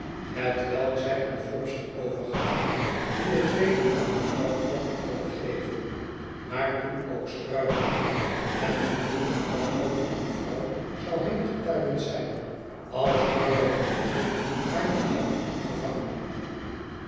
hetwelk zij aan fiopson overgaf die het weder aan mevrouw pocket wilde geven maar toen ook struikelde en met kind en al over mevrouw zou heengetuimeld zijn als herbert en ik haar niet hadden opge